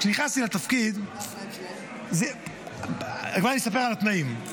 כשנכנסתי לתפקיד ------ בוא אני אספר על התנאים.